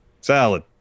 salad